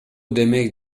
демек